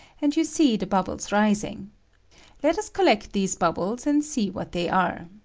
and you see the bubbles rising let us collect these bubbles and see what they are.